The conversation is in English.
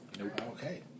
Okay